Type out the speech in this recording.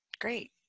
Great